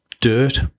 Dirt